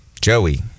Joey